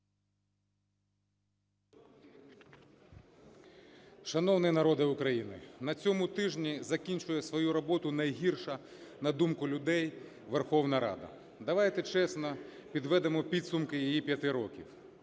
Шановний народе України, на цьому тижні закінчує свою роботу найгірша, на думку людей, Верховна Рада. Давайте чесно підведемо підсумки її 5 років.